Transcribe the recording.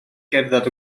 gerdded